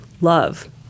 love